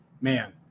man